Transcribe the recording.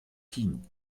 ken